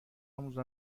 آموز